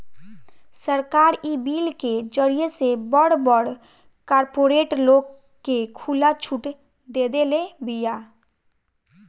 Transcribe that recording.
सरकार इ बिल के जरिए से बड़ बड़ कार्पोरेट लोग के खुला छुट देदेले बिया